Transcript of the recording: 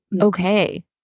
okay